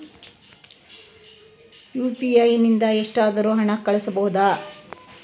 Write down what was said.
UPI ನಿಂದ ಎಷ್ಟಾದರೂ ಹಣ ಕಳಿಸಬಹುದಾ?